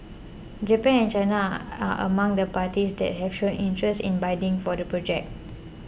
Japan and China are among the parties that have shown interest in bidding for the project